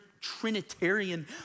Trinitarian